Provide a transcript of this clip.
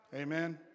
Amen